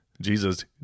Jesus